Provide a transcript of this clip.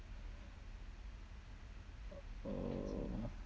oh